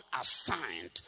assigned